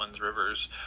rivers